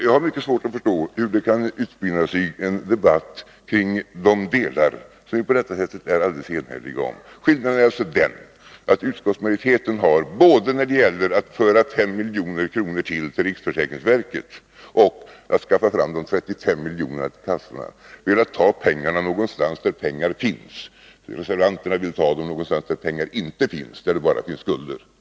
Jag har mycket svårt att förstå att det kan utspinna sig en debatt kring de delar som vi är helt eniga om. Skillnaden är alltså den att utskottsmajoriteten har, både när det gäller att föra 5 miljoner till riksförsäkringsverket och att skaffa fram de 35 miljonerna till kassorna, velat ta pengarna någonstans där pengar finns. Reservanterna vill ta dem där pengar inte finns, där det bara finns skulder.